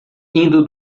indo